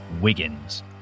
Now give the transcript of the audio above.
WIGGINS